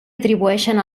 atribueixen